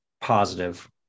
positive